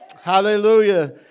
Hallelujah